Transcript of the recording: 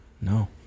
No